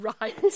right